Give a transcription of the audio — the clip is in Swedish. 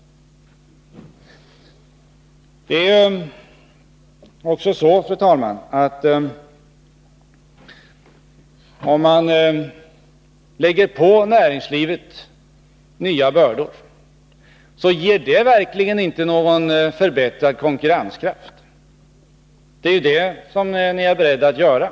Det är också så, fru talman, att man får inte någon förbättrad konkurrenskraft genom att lägga nya bördor på näringslivet. Men det är detta socialdemokraterna är beredda att göra.